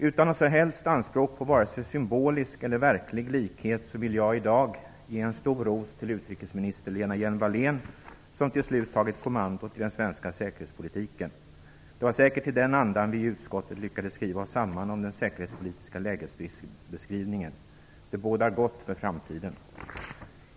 Utan några som helst anspråk på vare sig symbolisk eller verklig likhet vill jag i dag ge en stor ros till utrikesminister Lena Hjelm-Wallén som till slut tagit kommandot i den svenska säkerhetspolitiken. Det var säkert i den andan vi i utskottet lyckades skriva oss samman om den säkerhetspolitiska lägesbeskrivningen. Det bådar gott för framtiden.